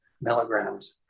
milligrams